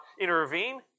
intervene